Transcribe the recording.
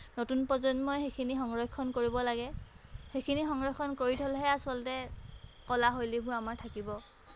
নতুন প্ৰজন্মই সেইখিনি সংৰক্ষণ কৰিব লাগে সেইখিনি সংৰক্ষণ কৰি থ'লেহে আচলতে কলা শৈলীবোৰ আমাৰ থাকিব